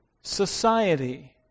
society